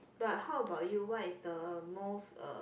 but how about you what is the most uh